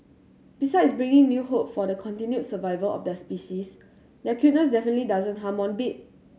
besides bringing new hope for the continued survival of their species their cuteness definitely doesn't harm one bit